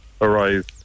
arise